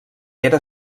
era